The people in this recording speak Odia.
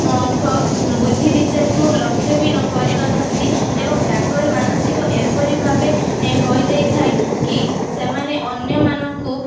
ଙ୍କ ବୁଦ୍ଧି ବିଚାରକୁ ଲକ୍ଷ୍ୟ ବି ନକରି କରିନଥାନ୍ତି ଏବଂ ତାଙ୍କର ମାନସିକ ଏପରି ଭାବେ ହୋଇଯାଇଥାଏ କି ସେମାନେ ଅନ୍ୟମାନଙ୍କୁ